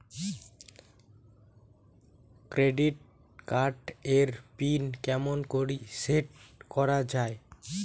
Credit card এর pin কেমন করি সেট করা য়ায়?